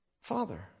father